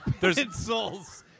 Pencils